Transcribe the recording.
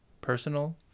personal